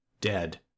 dead